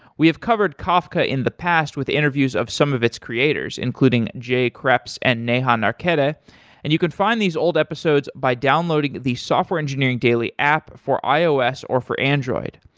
we have covered kafka in the past with interviews of some of its creators including jay kreps and neha ah narkhede ah and you can find these old episodes by downloading the software engineering daily app for ios or for android.